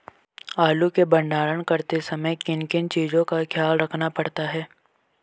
आलू के भंडारण करते समय किन किन चीज़ों का ख्याल रखना पड़ता है?